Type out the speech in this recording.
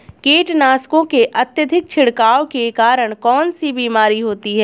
कीटनाशकों के अत्यधिक छिड़काव के कारण कौन सी बीमारी होती है?